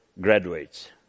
graduates